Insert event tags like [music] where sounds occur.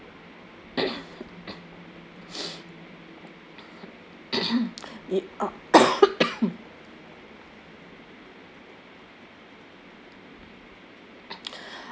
[coughs] [noise] [coughs] uh [coughs]